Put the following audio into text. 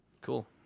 Cool